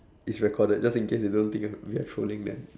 it's recorded just in case they don't think I'm we are trolling them